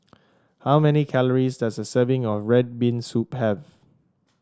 how many calories does a serving of red bean soup have